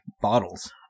bottles